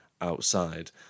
outside